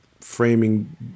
framing